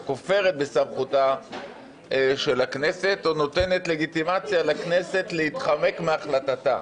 וכופרת בסמכותה של הכנסת או נותנת לגיטימציה לכנסת להתחמק מהחלטתה.